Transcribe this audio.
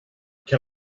can